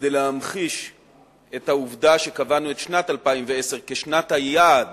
כדי להמחיש את העובדה שקבענו את שנת 2010 כשנת היעד